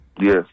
Yes